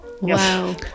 Wow